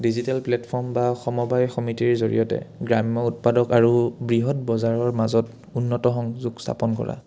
digital platform বা সমবায় সমিতিৰ জৰিয়তে গ্ৰাম্য উৎপাদক আৰু বৃহৎ বজাৰৰ মাজত উন্নত সংযোগ স্থাপন কৰা